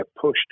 pushed